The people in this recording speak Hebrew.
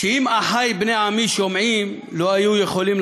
"שאם אחי בני עמי שומעים לא היו יכולים